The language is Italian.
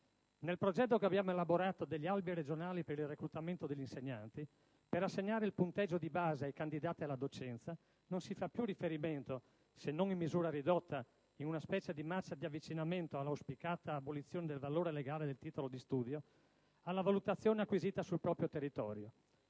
Nel progetto che abbiamo elaborato degli albi regionali per il reclutamento degli insegnanti, per assegnare il punteggio di base ai candidati alla docenza non si fa più riferimento (se non in misura ridotta, in una specie di «marcia di avvicinamento» all'auspicata abolizione del valore legale del titolo di studio) alla valutazione acquisita sul proprio territorio.